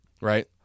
right